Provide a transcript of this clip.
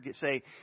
say